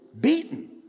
beaten